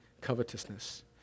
covetousness